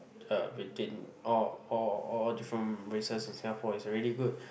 uh between all all all different races in Singapore is already good